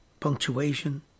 punctuation